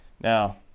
Now